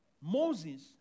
Moses